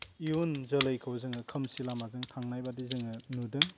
इयुन जोलैखौ जोङो खोमसि लामाजों थांनाय बादि जोङो नुदों